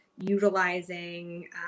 utilizing